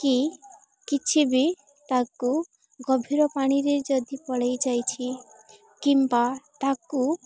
କି କିଛି ବି ତାକୁ ଗଭୀର ପାଣିରେ ଯଦି ପଳେଇ ଯାଇଛି କିମ୍ବା ତାକୁ